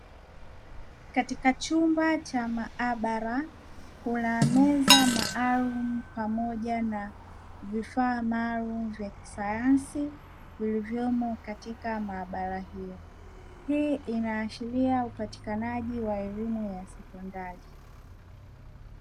Katika chumba cha maabara kuna meza maalumu pamoja na vifaa maalumu vya kisayansi, vilivyomo katika maabara hiyo, hii inaashiria upatikanaji wa elimu ya sekondari.